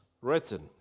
written